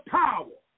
power